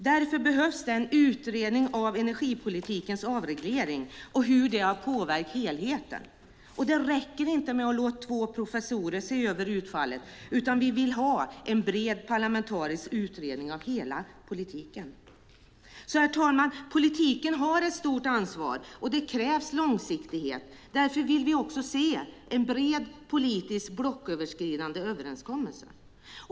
Därför behövs det en utredning av energipolitikens avreglering och hur det har påverkat helheten. Det räcker inte med att låta två professorer se över utfallet, utan vi vill ha en bred parlamentarisk utredning av hela politiken. Herr talman! Politiken har ett stort ansvar, och det krävs långsiktighet. Därför vill vi också se en bred politisk blocköverskridande överenskommelse.